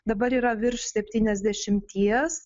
dabar yra virš septyniasdešimties